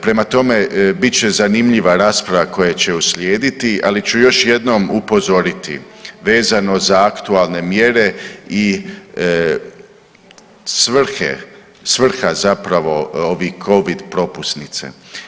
Prema tome, bit će zanimljiva rasprava koja će uslijediti, ali ću još jednom upozoriti, vezano za aktualne mjere i svrhe, svrha zapravo ovih Covid propusnice.